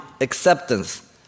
acceptance